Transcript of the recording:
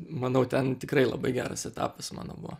manau ten tikrai labai geras etapas mano buvo